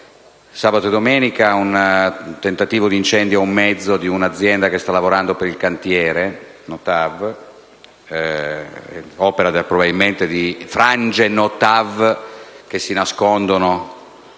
sabato e domenica, c'è stato un tentativo di incendio ad un mezzo di un'azienda che sta lavorando per il cantiere della TAV, opera probabilmente di frange No-TAV che si nascondono